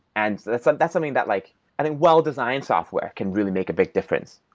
and that's and that's something that, like i think, well-designed software can really make a big difference.